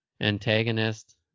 antagonist